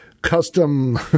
custom